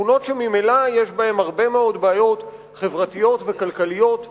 שכונות שממילא יש בהן הרבה מאוד בעיות חברתיות וכלכליות קשות.